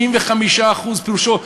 35% פירושם,